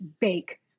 bake